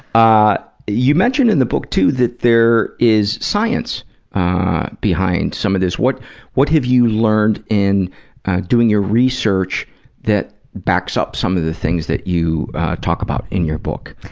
ah you mention in the book, too, that there is science ah behind some of this. what what have you learned in doing your research that backs up some of the things that you talk about in your book?